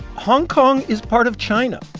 hong kong is part of china,